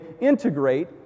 integrate